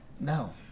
No